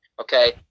Okay